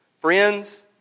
Friends